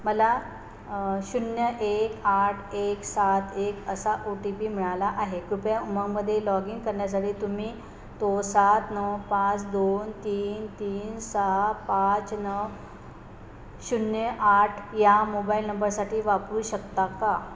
मला शून्य एक आठ एक सात एक असा ओ टी पी मिळाला आहे कृपया उमंगमध्ये लॉग इन करण्यासाठी तुम्ही तो सात नऊ पाच दोन तीन तीन सहा पाच नऊ शून्य आठ या मोबाईल नंबरसाठी वापरू शकता का